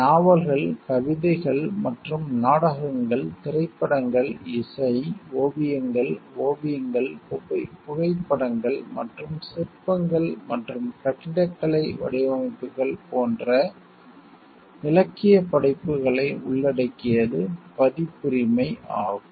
நாவல்கள் கவிதைகள் மற்றும் நாடகங்கள் திரைப்படங்கள் இசை ஓவியங்கள் ஓவியங்கள் புகைப்படங்கள் மற்றும் சிற்பங்கள் மற்றும் கட்டிடக்கலை வடிவமைப்புகள் போன்ற இலக்கியப் படைப்புகளை உள்ளடக்கியது பதிப்புரிமை ஆகும்